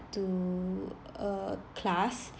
to a class